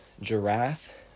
giraffe